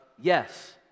yes